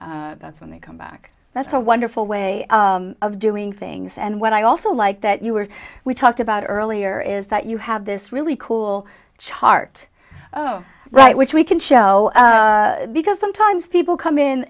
that's when they come back that's a wonderful way of doing things and what i also like that you were we talked about earlier is that you have this really cool chart right which we can show because sometimes people come in